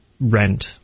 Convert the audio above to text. rent